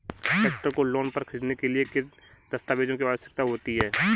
Tractor को loan पर खरीदने के लिए किन दस्तावेज़ों की आवश्यकता होती है?